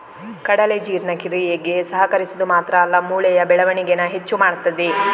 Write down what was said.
ಕಡಲೆ ಜೀರ್ಣಕ್ರಿಯೆಗೆ ಸಹಕರಿಸುದು ಮಾತ್ರ ಅಲ್ಲ ಮೂಳೆಯ ಬೆಳವಣಿಗೇನ ಹೆಚ್ಚು ಮಾಡ್ತದೆ